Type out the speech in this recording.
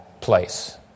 place